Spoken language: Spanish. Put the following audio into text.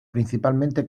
principalmente